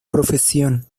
profesión